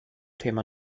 thema